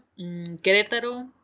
Querétaro